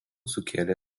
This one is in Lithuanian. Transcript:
sukėlė